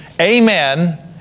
amen